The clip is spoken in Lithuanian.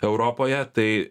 europoje tai